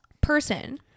person